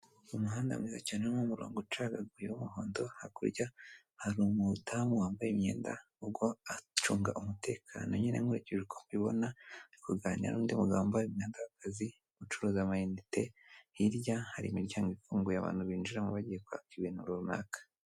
Umuhanda mwiza cyane urimo umurongo ucagaguye w'umuhondo hakurya hari umudamu wambaye imyendagwa acunga umutekano nyiyine nkurikije uko mbibona; ari kuganira n'undi mugabo wambaye imyenda y'akazi ucuruza amayinite. Hirya hari imiryango ifunguye abantu binjiramo bagiye kwaka ibintu runaka.